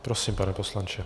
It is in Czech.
Tak prosím, pane poslanče.